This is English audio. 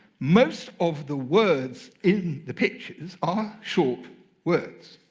most of the words in the pictures are short words.